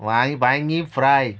वां वायंगी फ्राय